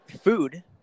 food